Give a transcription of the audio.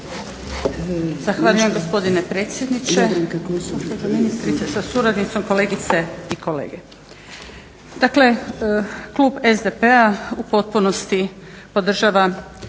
Zahvaljujem gospodine predsjedniče, gospođo ministrice sa suradnicom, kolegice i kolege. Dakle, klub SDP-a u potpunosti podržava